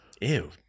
Ew